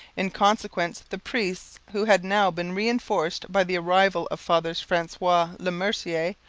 in consequence the priests, who had now been reinforced by the arrival of fathers francois le mercier,